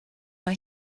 mae